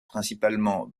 principalement